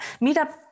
meetup